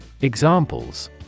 Examples